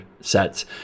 sets